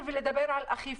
לא פחות מאשר החברה הכללית.